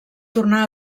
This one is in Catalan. tornà